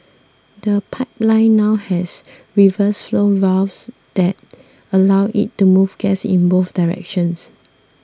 the pipeline now has reverse flow valves that allow it to move gas in both directions